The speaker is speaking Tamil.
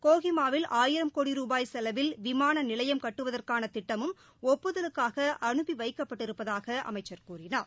கோஹிமாவில் ஆயிரம் கோடி ருபாய் செலவில் விமான நிலையம் கட்டுவதற்கான திட்டமும் ஒப்புதலுக்காக அனுப்பி வைக்கப்பட்டிருப்பதாக அமைச்சர் கூறினார்